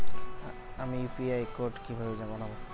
আমি UPI code কিভাবে বানাব?